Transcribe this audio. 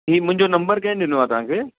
हीअ मुंहिंजो नंबर कंहिं ॾिनो आहे तव्हांखे